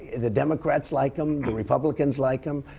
the democrats like him. the republicans like him.